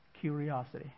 curiosity